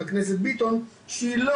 הכנסת מיכאל ביטון שבו היא אומרת שהיא